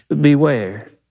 Beware